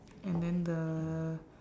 and then the